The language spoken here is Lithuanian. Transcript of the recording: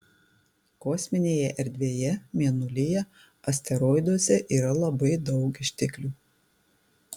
kosminėje erdvėje mėnulyje asteroiduose yra labai daug išteklių